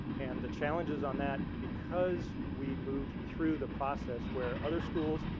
and the challenges on that, because we moved through the process where other schools,